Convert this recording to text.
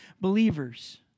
believers